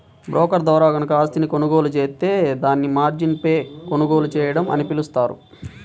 broker ద్వారా గనక ఆస్తిని కొనుగోలు జేత్తే దాన్ని మార్జిన్పై కొనుగోలు చేయడం అని పిలుస్తారు